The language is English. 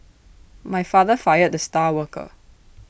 my father fired the star worker